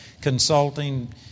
consulting